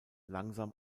langsam